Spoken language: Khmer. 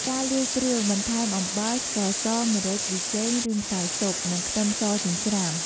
ការលាយគ្រឿង បន្ថែមអំបិល ស្ករស ម្រេច ប៊ីចេង ឬម្សៅស៊ុប និងខ្ទឹមសចិញ្ច្រាំ។